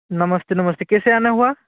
नमस्ते नमस्ते कैसे आना हुआ